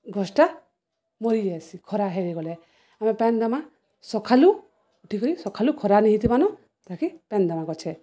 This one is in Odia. ଘଷଟା ମରି ଆସି ଖରା ହେଇଗଲେ ଆମେ ପ୍ୟାନ୍ ଦମା ସଖାଲୁ ଉଠିକ ସଖାଳୁ ଖରା ନେଇ ହେଇଥିବାନ ଯହାକି ପ୍ୟାାନ ଦମା ଗଛେ